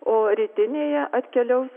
o rytinėje atkeliaus